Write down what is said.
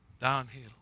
Downhill